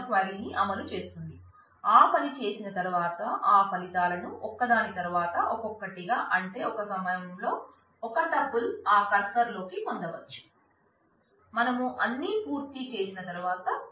మనం అన్ని పూర్తి చేసిన తర్వాత క్లోజ్ చేయవచ్చు